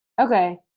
Okay